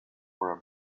were